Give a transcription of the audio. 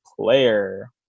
player